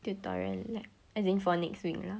tutorial like as in for next week lah